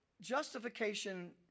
justification